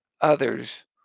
others